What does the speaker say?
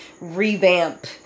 revamp